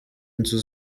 inzu